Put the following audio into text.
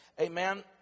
Amen